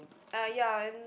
uh ya